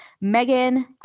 Megan